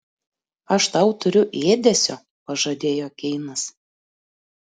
aš tau turiu ėdesio pažadėjo keinas